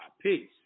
Peace